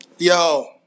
Yo